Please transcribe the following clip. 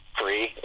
free